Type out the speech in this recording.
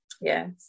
yes